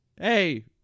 Hey